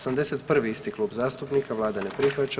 81., isti klub zastupnika, Vlada ne prihvaća.